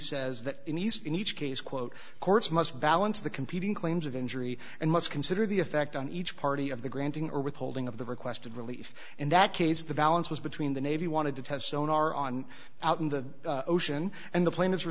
that in east in each case quote courts must balance the competing claims of injury and must consider the effect on each party of the granting or withholding of the requested relief in that case the balance was between the navy wanted to test sonar on out in the ocean and the plaintiffs were